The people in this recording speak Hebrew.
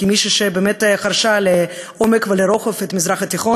כמי שחרשה לעומק ולרוחב את המזרח התיכון